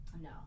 No